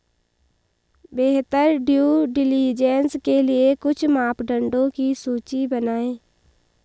बेहतर due diligence के लिए कुछ मापदंडों की सूची बनाएं?